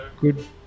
good